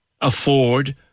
afford